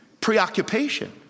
preoccupation